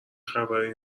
خبری